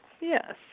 Yes